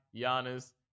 Giannis